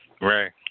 Right